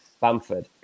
Bamford